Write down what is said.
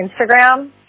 Instagram